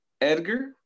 Edgar